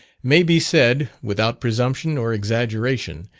may be said, without presumption or exaggeration,